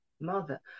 mother